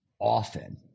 often